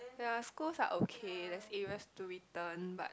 ya schools are okay there's areas to return but